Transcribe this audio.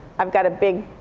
i've got a big,